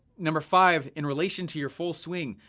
number five, in relation to your full swing,